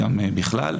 גם בכלל,